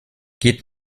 geht